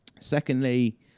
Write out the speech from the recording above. secondly